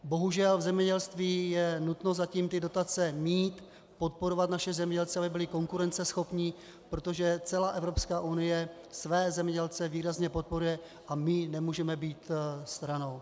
Bohužel v zemědělství je nutno zatím ty dotace mít, podporovat naše zemědělce, aby byli konkurenceschopní, protože celá Evropská unie své zemědělce výrazně podporuje a my nemůžeme být stranou.